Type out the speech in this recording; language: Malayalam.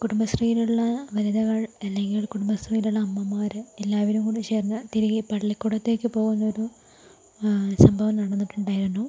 കുടുംബശ്രീയിലുള്ള വനിതകൾ അല്ലങ്കിൽ കുടുംബശ്രീയിലുള്ള അമ്മമാര് എല്ലാവരും കൂടി ചേർന്ന് തിരികെ പള്ളിക്കൂടത്തിലേക്ക് പോകുന്നൊരു സംഭവം നടന്നിട്ടുണ്ടായിരുന്നു